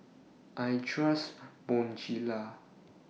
I Trust Bonjela